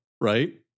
right